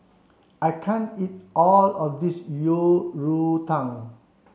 I can't eat all of this Yang Rou Tang